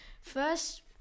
First